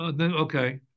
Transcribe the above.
Okay